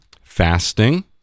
fasting